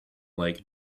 like